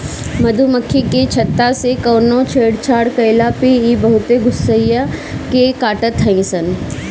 मधुमक्खी के छत्ता से कवनो छेड़छाड़ कईला पे इ बहुते गुस्सिया के काटत हई सन